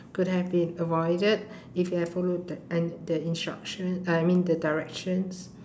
could have been avoided if you had followed the and the instruction I I mean the directions